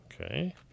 Okay